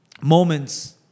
moments